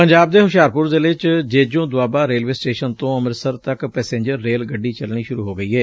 ਪੰਜਾਬ ਦੇ ਹੁਸ਼ਿਆਰਪੁਰ ਜ਼ਿਲੇ ਚ ਜੇਜੋਂ ਦੁਆਬਾ ਰੇਲਵੇ ਸਟੇਸ਼ਨ ਤੋਂ ਅੰਮ੍ਤਿਤਸਰ ਤੱਕ ਪੈਸੇਂਜਰ ਰੇਲ ਗੱਡੀ ਚਲਣੀ ਸੂਰੁ ਹੋ ਗਈ ਏ